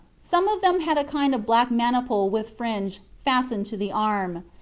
some of them had a kind of black maniple with fringe fastened to the arm.